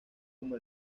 como